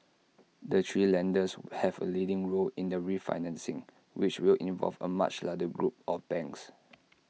the three lenders have A leading role in the refinancing which will involve A much larger group of banks